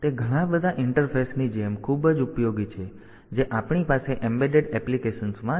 તેથી તે ઘણા બધા ઇન્ટરફેસની જેમ ખૂબ જ ઉપયોગી છે જે આપણી પાસે એમ્બેડેડ એપ્લિકેશન્સમાં છે